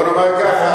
בוא נאמר ככה,